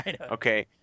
okay